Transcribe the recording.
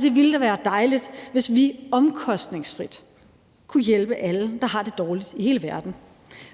Det ville være dejligt, hvis vi omkostningsfrit kunne hjælpe alle, der har det dårligt, i hele verden,